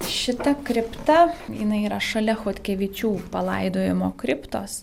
šita kripta jinai yra šalia chodkevičių palaidojimo kriptos